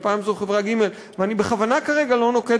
ופעם זאת חברה ג'; ואני בכוונה כרגע לא נוקב